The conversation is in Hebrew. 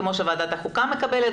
כמו שוועדת החוקה מקבלת,